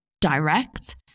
direct